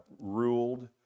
ruled